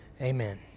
Amen